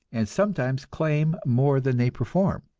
and sometimes claim more than they perform.